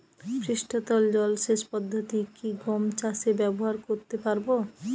পৃষ্ঠতল জলসেচ পদ্ধতি কি গম চাষে ব্যবহার করতে পারব?